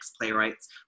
playwrights